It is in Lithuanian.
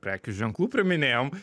prekių ženklų priminėjom